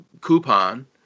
coupon